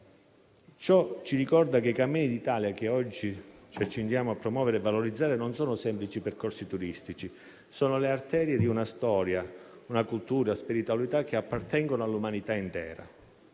Ciò ci ricorda che i cammini d'Italia che oggi ci accingiamo a promuovere e valorizzare non sono semplici percorsi turistici, ma le arterie di una storia, una cultura e una spiritualità che appartengono all'umanità intera,